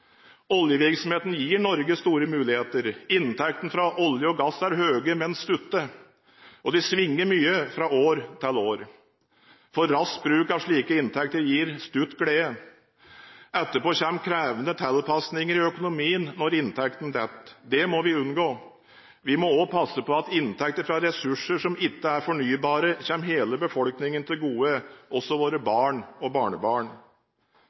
Oljevirksomheten gir Norge store muligheter. Inntektene fra olje og gass er høye, men kortvarige, og de svinger mye fra år til år. For rask bruk av slike inntekter gir kortvarig glede. Etterpå kommer krevende tilpasninger i økonomien når inntektene faller. Det må vi unngå. Vi må også passe på at inntekter fra ressurser som ikke er fornybare, kommer hele befolkningen til gode – også våre barn og barnebarn.